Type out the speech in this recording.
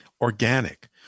organic